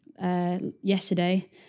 yesterday